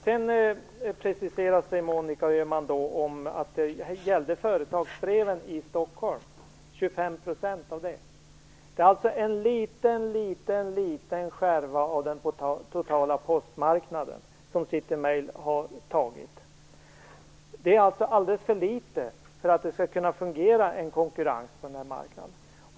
Sedan preciserar sig Monica Öhman och säger att det gällde 25 % av företagsbreven i Stockholm. Det är alltså en mycket liten skärva av de totala postmarknaden som City Mail har tagit. Det är alldeles för litet för att en konkurrens skall kunna fungera på marknaden.